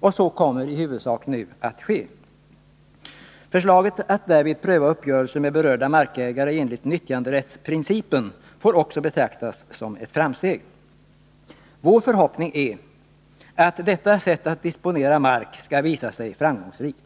och så kommer i huvudsak nu att ske. Förslaget att därvid pröva uppgörelser med berörda markägare enligt nyttjanderättsprincipen får också betraktas som ett framsteg. Vår förhoppning är att detta sätt att disponera mark skall visa sig framgångsrikt.